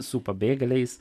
su pabėgėliais